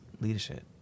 leadership